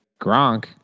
Gronk